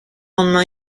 lendemain